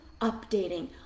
updating